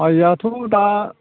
माइआथ' दा